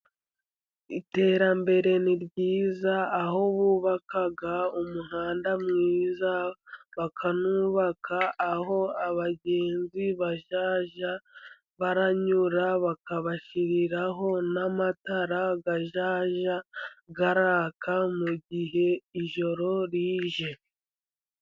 Iterambere ni ryiza, aho bubaka umuhanda mwiza, bakanubaka aho abagenzi bazajya baranyura, bakabashyiriraho n'amatara azajya yaka mu gihe ijoro rije.